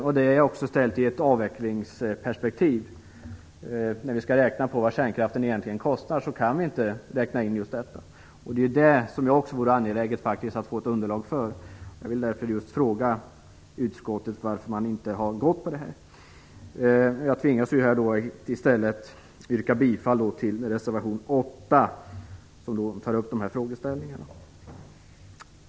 Det handlar också om ett avvecklingsperspektiv. När vi beräknar vad kärnkraften egentligen kostar kan vi inte räkna in just detta. Där är det också angeläget att få ett underlag. Jag vill fråga varför utskottet inte tyckt det. Jag tvingas i stället yrka bifall till reservation 8 där dessa frågor tas upp.